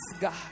God